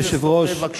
אדוני היושב-ראש,